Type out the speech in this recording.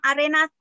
Arena